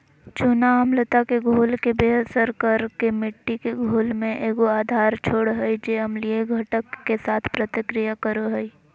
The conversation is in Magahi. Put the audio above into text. चूना अम्लता के घोल के बेअसर कर के मिट्टी के घोल में एगो आधार छोड़ हइ जे अम्लीय घटक, के साथ प्रतिक्रिया करो हइ